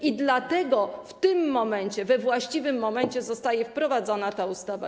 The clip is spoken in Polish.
I dlatego w tym momencie, we właściwym momencie zostaje wprowadzona ta ustawa.